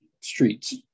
streets